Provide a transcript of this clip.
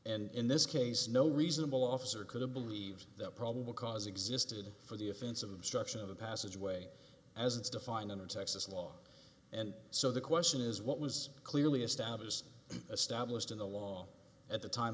and in this case no reasonable officer could have believed that probable cause existed for the offense of obstruction of a passageway as it's defined under texas law and so the question is what was clearly established established in the law at the time